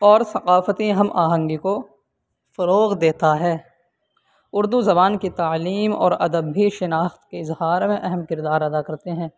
اور ثقافتی ہم آہنگی کو فروغ دیتا ہے اردو زبان کی تعلیم اور ادب بھی شناخت کے اظہار میں اہم کردار ادا کرتے ہیں